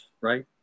right